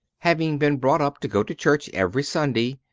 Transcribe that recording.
having been brought up to go to church every sunday,